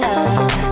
up